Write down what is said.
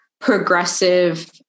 progressive